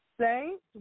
Saints